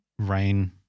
Rain